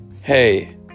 hey